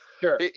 Sure